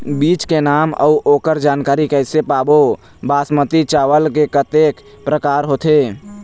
बीज के नाम अऊ ओकर जानकारी कैसे पाबो बासमती चावल के कतेक प्रकार होथे?